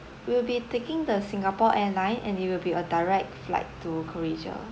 we'll be taking the singapore airline and it will be a direct flight to croatia